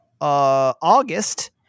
August